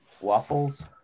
Waffles